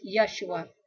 yeshua